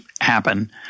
happen